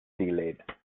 delayed